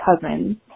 cousins